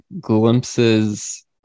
glimpses